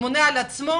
האם הוא ממונה על עצמו?